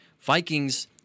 vikings